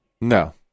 No